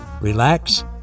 relax